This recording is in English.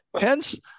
Hence